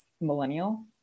millennial